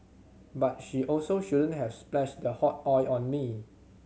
but she also shouldn't have splashed the hot oil on me